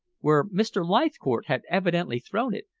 where mr. leithcourt had evidently thrown it,